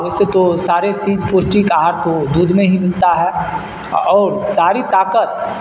ویسے تو سارے چیز پوشٹک آہار تو دودھ میں ہی ملتا ہے اور ساری طاقت